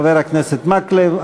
חבר הכנסת מקלב.